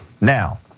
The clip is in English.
Now